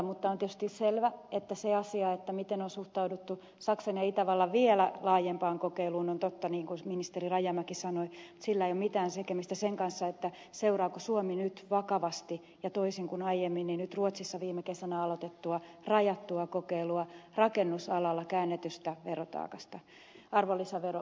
on tietysti selvä että sen asian osalta miten on suhtauduttu saksan ja itävallan vielä laajempaan kokeiluun on totta se mitä entinen ministeri rajamäki sanoi mutta sillä ei ole mitään tekemistä sen kanssa seuraako suomi nyt vakavasti ja toisin kuin aiemmin ruotsissa viime kesänä aloitettua rajattua kokeilua rakennusalalla käännetystä verotaakasta arvonlisäveropuolella